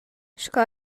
sco